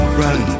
run